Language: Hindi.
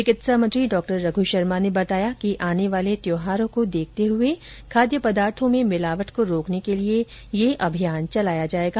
चिकित्सा मंत्री डॉ रघु शर्मा ने बताया कि आने वाले त्यौहारों को देखते हुए खाद्य पदार्थों में मिलावट को रोकने के लिये यह अभियान चलाया जायेगा